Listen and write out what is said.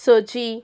सोजी